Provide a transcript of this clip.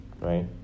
right